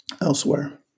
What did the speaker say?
elsewhere